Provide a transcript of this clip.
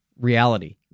reality